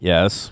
Yes